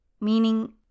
Meaning